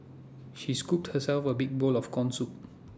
she scooped herself A big bowl of Corn Soup